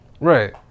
right